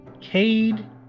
cade